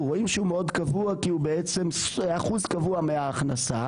רואים שהוא מאוד קבוע כי הוא בעצם אחוז קבוע מההכנסה.